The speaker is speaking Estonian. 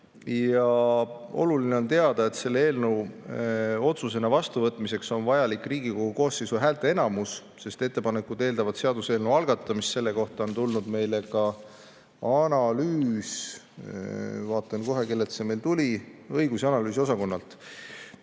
Oluline on teada, et selle eelnõu otsusena vastuvõtmiseks on vajalik Riigikogu koosseisu häälteenamus, sest ettepanekud eeldavad seaduseelnõu algatamist. Selle kohta on tulnud meile ka analüüs. Vaatan kohe, kellelt see tuli. Tuli õigus‑ ja analüüsiosakonnalt.